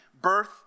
birth